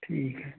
ठीक है